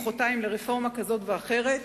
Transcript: מחרתיים לרפורמה כזאת ואחרת,